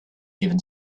even